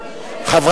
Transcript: חוטובלי.